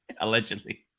Allegedly